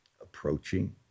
approaching